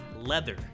leather